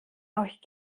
euch